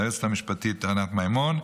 ליועצת המשפטית ענת מימון,